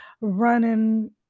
running